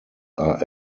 are